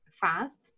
fast